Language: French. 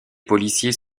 policiers